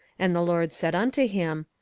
and the lord said unto him,